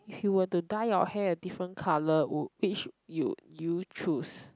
if you were to dye your hair a different colour would which you you choose